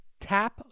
Tap